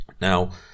Now